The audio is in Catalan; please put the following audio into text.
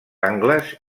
angles